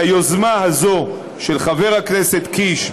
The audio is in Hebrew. והיוזמה הזו של חבר הכנסת קיש,